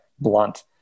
blunt